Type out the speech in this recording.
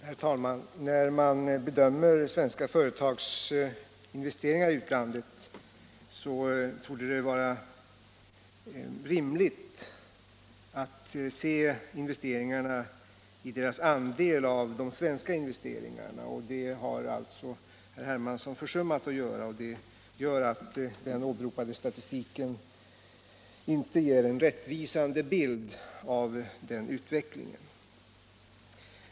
Herr talman! När man bedömer svenska företags investeringar i utlandet torde det vara rimligt att se dessa investeringar i deras andel av de svenska investeringarna, och det har herr Hermansson försummat att göra. Den åberopade statistiken ger därför inte en rättvisande bild av den utvecklingen.